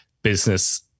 Business